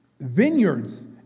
vineyards